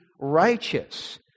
righteous